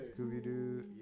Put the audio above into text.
Scooby-Doo